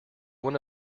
one